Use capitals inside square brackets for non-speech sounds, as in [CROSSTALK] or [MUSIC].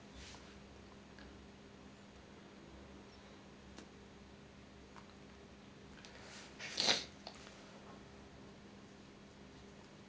[BREATH]